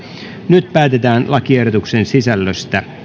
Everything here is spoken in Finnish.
nyt päätetään lakiehdotuksen sisällöstä